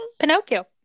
Pinocchio